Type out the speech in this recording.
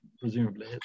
presumably